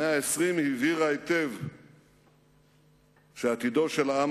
המאה ה-20 הבהירה היטב שעתידו של העם